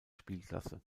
spielklasse